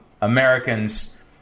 Americans